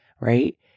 right